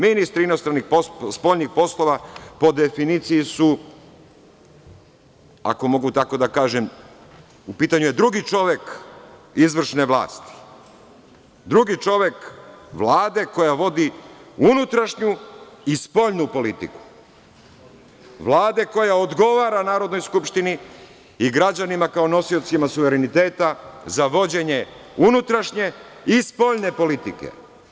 Ministri spoljnih poslova, po definiciji su, ako mogu tako da kažem, u pitanju je drugi čovek izvršne vlasti, drugi čovek Vlade koja vodi unutrašnju i spoljnu politiku, Vlade koja odgovara Narodnoj skupštini i građanima kao nosiocima suvereniteta za vođenje unutrašnje i spoljne politike.